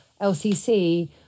LCC